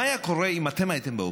מה היה קורה אם אתם הייתם באופוזיציה?